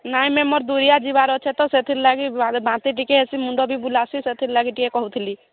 ନାଇଁ ମ୍ୟାମ ମୋର ଦୁରକୁ ଯିବାର ଅଛି ତ ସେଥି ଲାଗି ବାନ୍ତି ଟିକେ ଅଛି ମୁଣ୍ଡ ବୁଲା ଅଛି ସେଥି ଲାଗି ଟିକେ କହୁଥିଲି